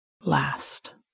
last